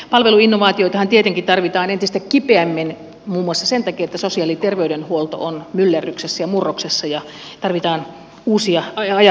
palveluinnovaatioitahan tietenkin tarvitaan entistä kipeämmin muun muassa sen takia että sosiaali ja terveydenhuolto on myllerryksessä ja murroksessa ja tarvitaan uusia ajatuksia